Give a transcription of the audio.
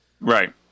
Right